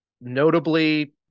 notably